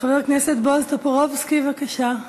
חבר הכנסת בועז טופורובסקי, בבקשה.